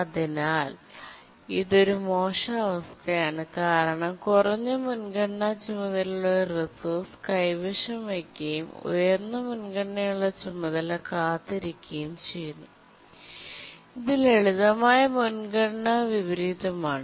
അതിനാൽ ഇത് ഒരു മോശം അവസ്ഥയാണ് കാരണം കുറഞ്ഞ മുൻഗണനാ ചുമതല ഒരു റിസോഴ്സ് കൈവശം വയ്ക്കുകയും ഉയർന്ന മുൻഗണനയുള്ള ചുമതല കാത്തിരിക്കുകയും ചെയ്യുന്നു ഇത് ലളിതമായ മുൻഗണന വിപരീതമാണ്